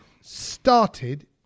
started